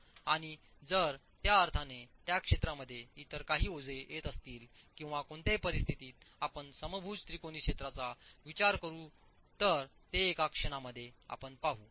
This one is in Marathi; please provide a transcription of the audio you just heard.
आणि जर त्या अर्थाने त्या क्षेत्रामध्ये इतर काही ओझे येत असतील किंवा कोणत्या परिस्थितीत आपण समभुज त्रिकोणी क्षेत्राचा विचार करू तर ते एका क्षणामध्ये आपण पाहू